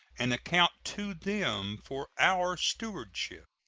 and account to them for our stewardship.